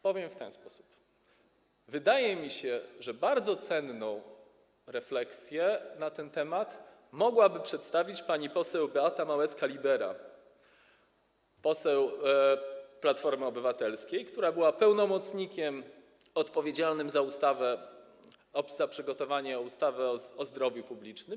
Powiem w ten sposób: wydaje mi się, że bardzo cenną refleksję na ten temat mogłaby przedstawić pani poseł Beata Małecka-Libera, poseł Platformy Obywatelskiej, która była pełnomocnikiem odpowiedzialnym za przygotowanie ustawy o zdrowiu publicznym.